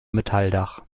metalldach